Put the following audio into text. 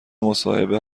مصاحبه